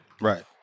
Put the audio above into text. Right